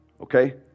Okay